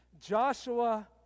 Joshua